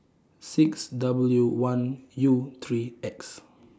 six W one U three X